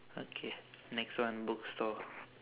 okay next one bookstore